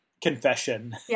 confession